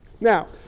Now